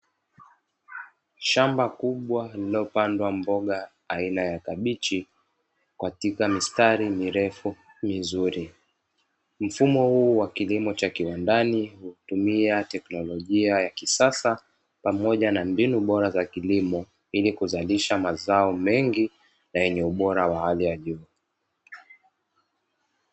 Shamba kubwa lililopandwa mboga aina ya kabichi, katika mistari mirefu mizuri. Mfumo huu wa kilimo cha kiwandani hutumia teknolojia ya kisasa pamoja na mbinu bora za kilimo, ili kuzalisha mazao mengi na yenye ubora wa hali ya juu.